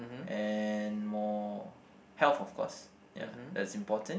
and more health of course ya that's important